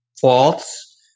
false